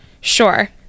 sure